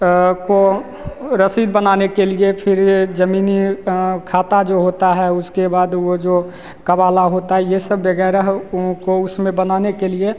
आपको रसीद बनाने के लिए फिर ज़मीनी का खाता जो होता है उसके बाद वह जो कब वाला होता है यह सब वग़ैरह उनको उसमें बनाने के लिए